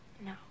No